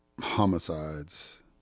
homicides